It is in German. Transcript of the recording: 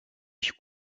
ich